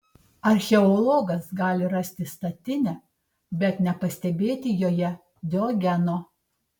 archeologas gali rasti statinę bet nepastebėti joje diogeno